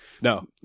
no